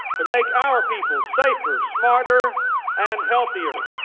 to make our people safer, smarter and healthier